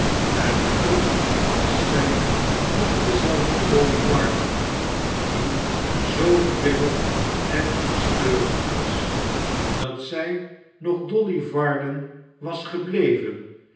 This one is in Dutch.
voorheen ertoch was zij nog dezelfde dolly varden die zoo grillig en kieskeurig was dat zij nog dolly varden was gebleven